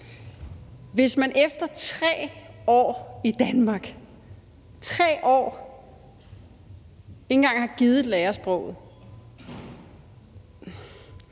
Hvis man efter 3 år i Danmark – 3 år! – ikke engang har gidet at lære sproget,